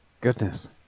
Goodness